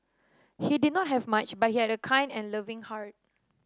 he did not have much but he had a kind and loving heart